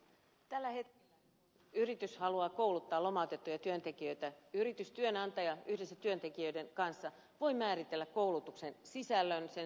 tällä hetkellä kun yritys haluaa kouluttaa lomautettuja työntekijöitä voi yritys työnantaja yhdessä työntekijöiden kanssa määritellä koulutuksen sisällön sen suuntautumisen